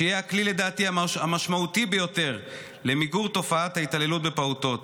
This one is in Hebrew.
שיהיה לדעתי הכלי המשמעותי ביותר למיגור תופעת ההתעללות בפעוטות: